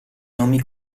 nomi